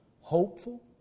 hopeful